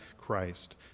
Christ